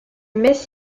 messes